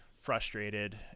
frustrated